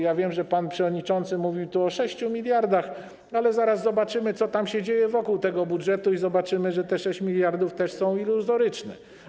Ja wiem, że pan przewodniczący mówił tu o 6 mld, ale zaraz zobaczymy, co tam się dzieje wokół tego budżetu i zobaczymy, że te 6 mld też jest iluzoryczne.